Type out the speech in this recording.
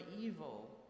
evil